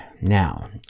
now